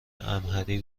امهری